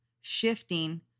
shifting